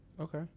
Okay